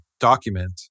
document